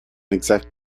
exact